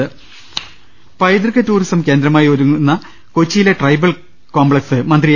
്്്്്്് പൈതൃക ടൂറിസം കേന്ദ്രമായി ഒരുങ്ങുന്ന കൊച്ചിയിലെ ട്രൈബൽ കോംപ്ലക്സ് മന്ത്രി എ